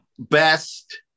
Best